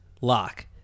lock